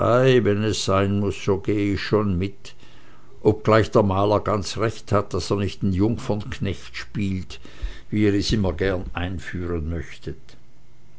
wenn es sein muß so gehe ich schon mit obgleich der maler ganz recht hat daß er nicht den jungfernknecht spielt wie ihr es immer gern einführen möchtet